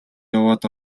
яваад